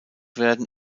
werden